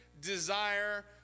desire